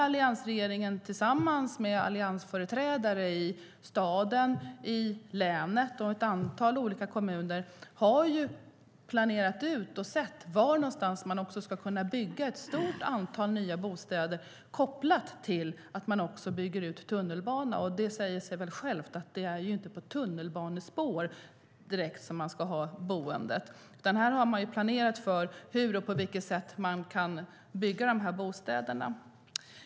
Alliansregeringen har tillsammans med alliansföreträdare i staden, i länet och i ett antal kommuner planerat och sett var man ska kunna bygga ett stort antal bostäder, kopplat till att även tunnelbanan ska byggas ut. Det säger sig självt att det inte är på tunnelbanespår som det ska finnas boenden, utan man har planerat var och hur man ska bygga de här bostäderna.